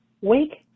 Wake